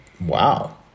Wow